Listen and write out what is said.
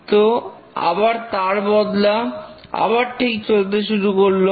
তো আবার তার বদলাও আবার ঠিক চলতে শুরু করল